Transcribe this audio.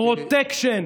פרוטקשן